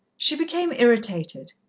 she became irritated.